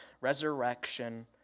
Resurrection